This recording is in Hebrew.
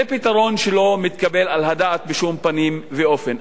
זה פתרון שלא מתקבל על הדעת בשום פנים ואופן.